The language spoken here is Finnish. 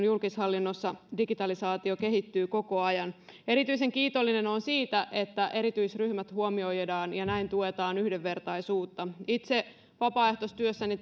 julkishallinnossa digitalisaatio kehittyy koko ajan erityisen kiitollinen olen siitä että erityisryhmät huomioidaan ja näin tuetaan yhdenvertaisuutta itse vapaaehtoistyössäni